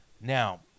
Now